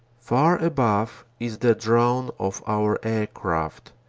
far above is the drone of our air craft.